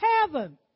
heaven